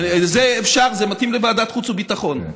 זה אפשר, זה מתאים לוועדת החוץ והביטחון.